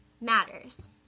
matters